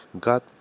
God